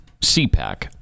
CPAC